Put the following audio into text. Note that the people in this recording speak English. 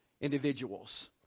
individuals